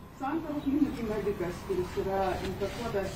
santarų klinikų medikas kuris yra infekuotas